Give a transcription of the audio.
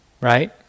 right